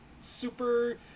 super